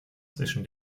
zwischen